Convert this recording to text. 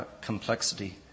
Complexity